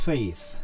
Faith